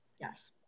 Yes